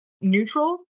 neutral